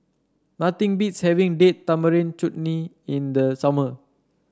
nothing beats having Date Tamarind Chutney in the summer